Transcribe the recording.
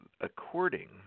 according